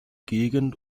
gegend